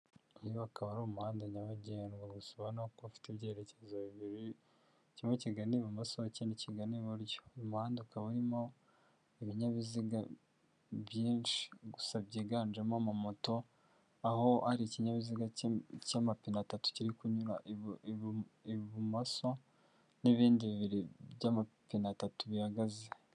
Uyu akaba ari umuhanda nyabagendwa, gusa no kuko afite ibyerekezo bibiri kimwe kigana ibumoso ikindi kigana iburyo, uyu umuhanda ukaba urimo ibinyabiziga byinshi gusa byiganjemo ama moto aho hari ikinyabiziga cy'amapine atatu kiririmo kunyura ibumoso n'ibindi bibiri by'amapine atatu bihagaze.